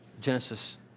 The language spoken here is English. Genesis